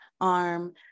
arm